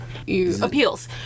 appeals